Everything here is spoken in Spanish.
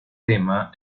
tema